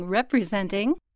Representing